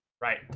Right